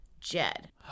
Jed